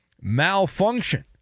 malfunction